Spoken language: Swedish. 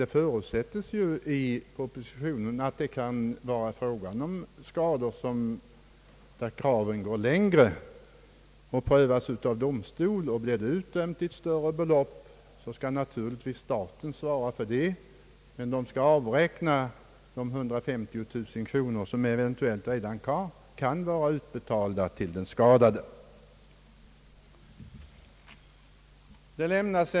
Det förutsättes dock i propositionen att högre skadeståndskrav kan ställas vilka prövas av domstol. Om då större ersättningsbelopp utdömes skall staten naturligtvis även svara för dessa, men då skall de 150 000 kronor som eventuellt redan utbetalats till den skadade frånräknas.